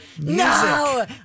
No